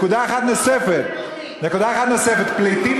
נקודה אחת נוספת: פליטים,